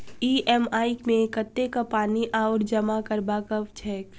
EMI मे कतेक पानि आओर जमा करबाक छैक?